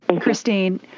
Christine